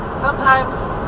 sometimes.